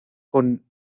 con